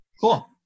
Cool